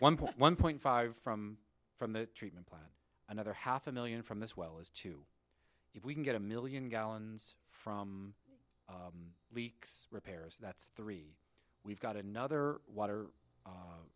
one point one point five from from the treatment plant another half a million from this well as to if we can get a million gallons from leaks repairers that's three we've got another water